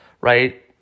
right